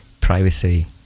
privacy